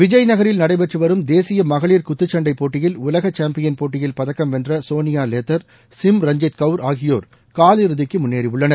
விஜய்நகரில் நடைபெற்று வரும் தேசிய மகளிர் குத்துச்சண்டை போட்டியில் உலகச் சேம்பியன் போட்டியில்பதக்கம் வென்ற சோனியா லேத்தர் சிம் ரஞ்ஜித் கவுர் ஆகியோர் காலிறதிக்கு முன்னேறியுள்ளனர்